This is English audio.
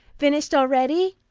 finished already?